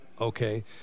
Okay